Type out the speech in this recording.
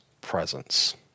presence